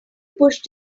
pushed